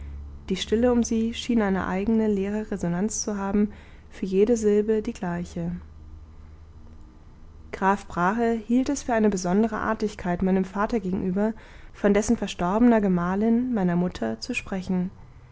die stille um sie schien eine eigene leere resonanz zu haben für jede silbe die gleiche graf brahe hielt es für eine besondere artigkeit meinem vater gegenüber von dessen verstorbener gemahlin meiner mutter zu sprechen